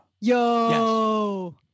Yo